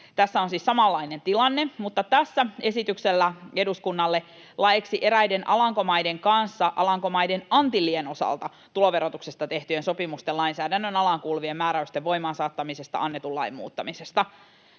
Tässä on siis samanlainen tilanne, mutta tässä on esitys eduskunnalle laiksi eräiden Alankomaiden kanssa Alankomaiden Antillien osalta tuloverotuksesta tehtyjen sopimusten lainsäädännön alaan kuuluvien määräysten voimaansaattamisesta annetun lain muuttamisesta.